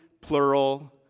plural